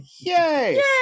Yay